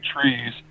trees